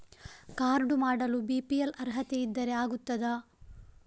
Card ಮಾಡಲು BPL ಅರ್ಹತೆ ಇದ್ದರೆ ಆಗುತ್ತದ?